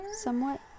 Somewhat